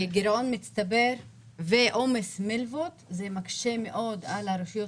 גירעון מצטבר ועומס מקשה מאוד על הרשויות